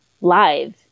live